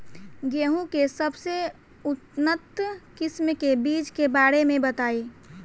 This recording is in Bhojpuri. गेहूँ के सबसे उन्नत किस्म के बिज के बारे में बताई?